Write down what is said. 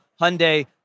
Hyundai